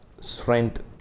strength